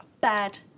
bad